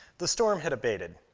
the storm had abated.